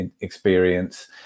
experience